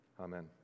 amen